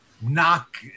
knock